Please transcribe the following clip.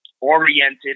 Oriented